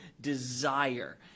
desire